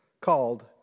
called